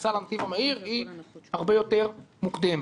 הכניסה לנתיב המהיר היא הרבה יותר מוקדמת,